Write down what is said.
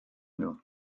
nhw